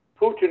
Putin